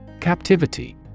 Captivity